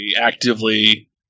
actively